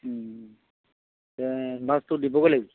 এডভাঞ্চটো দিবগৈ লাগিব